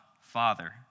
Father